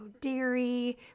dairy